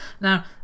Now